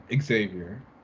Xavier